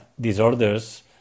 disorders